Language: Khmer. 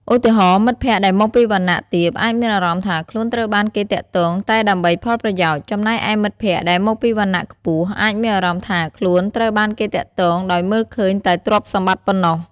ឧទាហរណ៍ មិត្តភក្តិដែលមកពីវណ្ណៈទាបអាចមានអារម្មណ៍ថាខ្លួនត្រូវបានគេទាក់ទងតែដើម្បីផលប្រយោជន៍ ចំណែកឯមិត្តភក្តិដែលមកពីវណ្ណៈខ្ពស់អាចមានអារម្មណ៍ថាខ្លួនត្រូវបានគេទាក់ទងដោយមើលឃើញតែទ្រព្យសម្បត្តិប៉ុណ្ណោះ។